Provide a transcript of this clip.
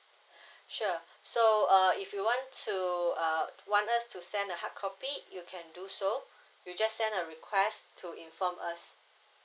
sure so uh if you want to uh want us to send a hard copy you can do so you just send us a request to inform us